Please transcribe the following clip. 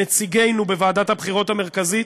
נציגינו בוועדת הבחירות המרכזית,